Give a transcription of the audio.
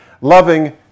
loving